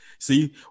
see